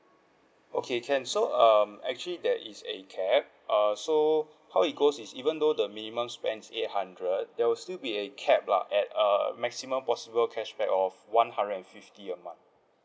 okay can so um actually that is a cap err so how it goes is even though the minimum spend is eight hundred there will still be a cap lah at err maximum possible cashback of one hundred and fifty a month